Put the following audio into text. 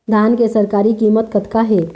धान के सरकारी कीमत कतका हे?